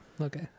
Okay